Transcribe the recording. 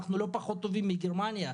אנחנו לא פחות טובים מגרמניה.